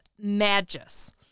Magus